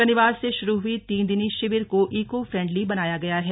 शनिवार से शुरू हुए तीन दिनी शिविर में को ईको फ्रेंडली बनाया गया है